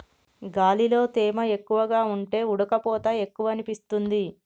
గాలిలో తేమ ఎక్కువగా ఉంటే ఉడుకపోత ఎక్కువనిపిస్తుంది